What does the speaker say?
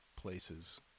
places